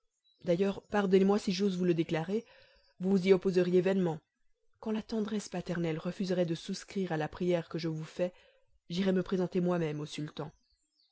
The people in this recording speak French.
d'ailleurs pardonnez-moi si j'ose vous le déclarer vous vous y opposeriez vainement quand la tendresse paternelle refuserait de souscrire à la prière que je vous fais j'irais me présenter moi-même au sultan